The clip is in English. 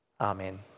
Amen